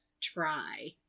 try